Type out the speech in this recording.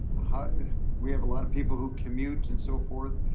we have a lot of people who commute and so forth.